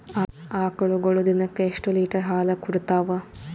ಆಕಳುಗೊಳು ದಿನಕ್ಕ ಎಷ್ಟ ಲೀಟರ್ ಹಾಲ ಕುಡತಾವ?